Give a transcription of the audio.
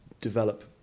develop